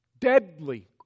deadly